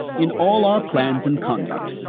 in all our plans and conduct,